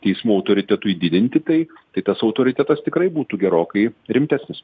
teismų autoritetui didinti tai tai tas autoritetas tikrai būtų gerokai rimtesnis